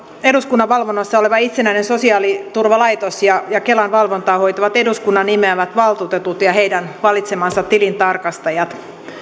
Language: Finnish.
eduskunnan valvonnassa oleva itsenäinen sosiaaliturvalaitos ja kelan valvontaa hoitavat eduskunnan nimeämät valtuutetut ja heidän valitsemansa tilintarkastajat